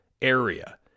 area